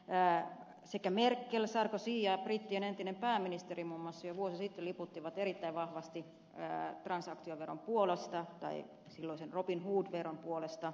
sekä merkel sarkozy että brittien entinen pääministeri muun muassa vuosi sitten liputtivat erittäin vahvasti transaktioveron puolesta tai silloisen robin hood veron puolesta